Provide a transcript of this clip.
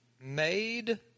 Made